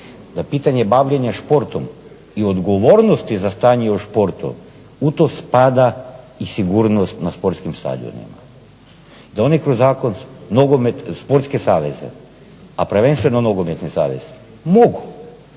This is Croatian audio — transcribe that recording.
da pitanje bavljenja športom i odgovornosti za stanje u športu u to spada i sigurnost na sportskim stadionima, da oni kroz zakon, nogomet, sportske saveze, a prvenstveno kroz nogometne saveze, mogu,